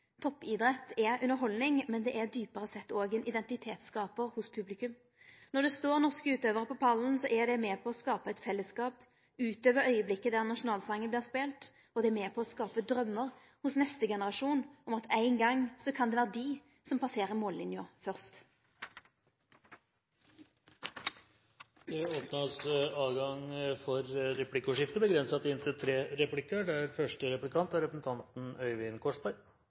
toppidrett. Toppidrett er underhaldning, men det er djupare sett òg noko som skapar identitet hos publikum. Når det står norske utøvarar på pallen, er det med på å skape ein fellesskap utover augneblinken der nasjonalsongen vert spela, og det er med på å skape draumar hos neste generasjon om at ein gong kan det vere dei som passerer mållinja først. Det blir replikkordskifte. Som jeg sa i mitt innlegg, og som statsråden var inne på, er